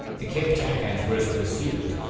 the kipchak and rus' pursued,